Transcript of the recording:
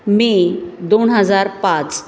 मे दोन हजार पाच